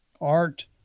art